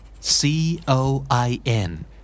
C-O-I-N